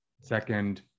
second